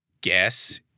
guess